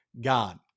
God